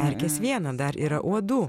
erkės viena dar yra uodų